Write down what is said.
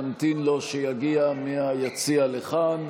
נמתין לו שיגיע מהיציע לכאן.